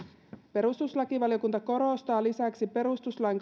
perustuslakivaliokunta korostaa lisäksi perustuslain